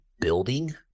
building